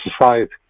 society